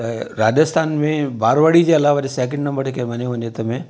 राजस्थान में मारवाड़ी जे अलावा ॾिस सैकेंड नंबर जंहिंखे मञियो वञे थो हुन में